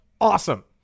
Awesome